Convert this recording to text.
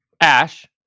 Ash